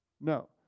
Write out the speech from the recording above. No